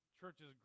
churches